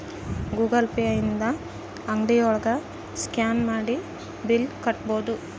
Google Pay ಇಂದ ಅಂಗ್ಡಿ ಒಳಗ ಸ್ಕ್ಯಾನ್ ಮಾಡಿ ಬಿಲ್ ಕಟ್ಬೋದು